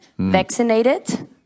Vaccinated